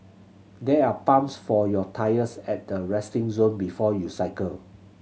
there are pumps for your tyres at the resting zone before you cycle